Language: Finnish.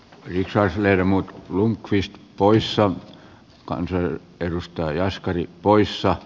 piiraisen hermot lundqvist poissa camry edustaa poisottamiseen yhtiöistä